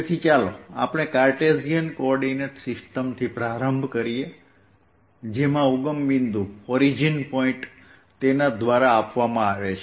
તેથી ચાલો આપણે કાર્ટેશિયન કોઓર્ડિનેટ સિસ્ટમથી પ્રારંભ કરીએ જેમાં ઉગમ બિંદુ તેના દ્વારા આપવામાં આવે છે